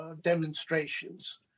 demonstrations